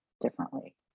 differently